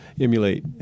emulate